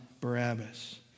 Barabbas